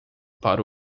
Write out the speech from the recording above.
para